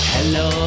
Hello